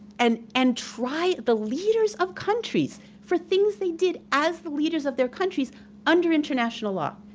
and and try the leaders of countries for things they did as the leaders of their countries under international law,